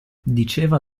diceva